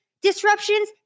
disruptions